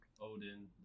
Odin